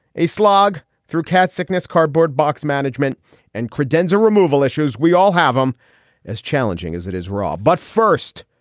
a slog through cat sickness, cardboard box management and credenza removal issues. we all have him as challenging as it is raw. but first,